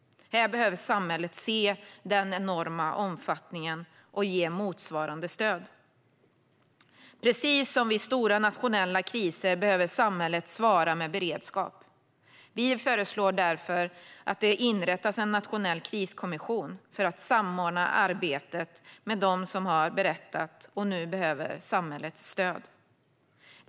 Här behöver samhället se den enorma omfattningen och ge motsvarande stöd. Precis som vid stora nationella kriser behöver samhället svara med beredskap. Vi föreslår därför att det inrättas en nationell kriskommission för att samordna arbetet med dem som har berättat och nu behöver samhällets stöd.